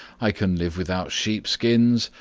i can live without sheep-skins.